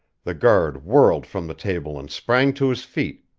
the guard whirled from the table and sprang to his feet,